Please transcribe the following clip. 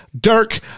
Dirk